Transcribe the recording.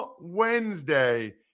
Wednesday